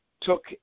took